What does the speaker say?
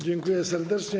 Dziękuję serdecznie.